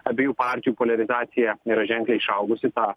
abiejų partijų poliarizacija yra ženkliai išaugusi tą